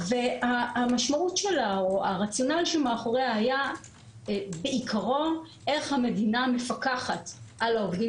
הרציונל שמאחוריה היה בעיקרו איך המדינה מפקחת על העובדים